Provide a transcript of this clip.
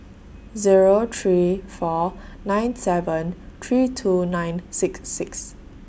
Zero three four nine seven three two nine six six